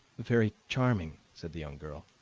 very charming, said the young girl.